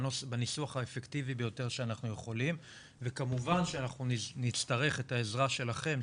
בניסוח האפקטיבי ביותר שאנחנו יכולים וכמובן שנצטרך את העזרה שלכם,